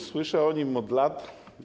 Słyszę o nim od lat.